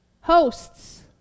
hosts